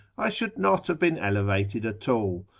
i should not have been elevated at all,